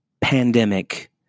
Pandemic